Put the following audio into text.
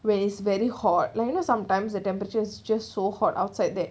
when it's very hot like you know sometimes the temperature's just so hot outside that